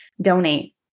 donate